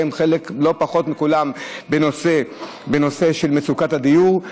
שהחלק שלו הוא לא פחות מכולם במצוקת הדיור,